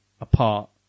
apart